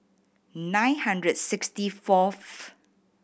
nine hundred sixty fourth